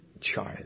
child